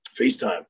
FaceTime